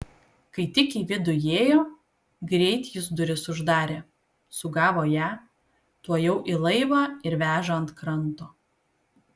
kai tik į vidų įėjo greit jis duris uždarė sugavo ją tuojau į laivą ir veža ant kranto